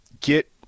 get